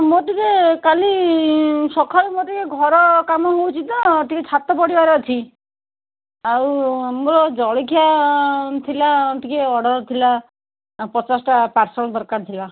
ମୋର ଟିକିଏ କାଲି ସକାଳୁ ମୋର ଟିକିଏ ଘର କାମ ହେଉଛି ତ ଟିକିଏ ଛାତ ପଡ଼ିବାର ଅଛି ଆଉ ମୋର ଜଳଖିଆ ଥିଲା ଟିକିଏ ଅର୍ଡ଼ର୍ ଥିଲା ପଚାଶଟା ପାର୍ସଲ୍ ଦରକାର ଥିଲା